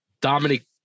Dominic